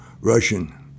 Russian